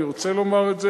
אני רוצה לומר את זה,